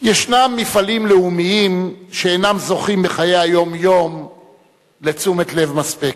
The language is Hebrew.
ישנם מפעלים לאומיים שאינם זוכים בחיי היום-יום לתשומת לב מספקת.